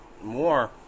More